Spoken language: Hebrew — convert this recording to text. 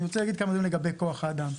אני רוצה להגיד כמה מילים לגבי כוח האדם.